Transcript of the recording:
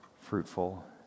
fruitful